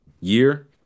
year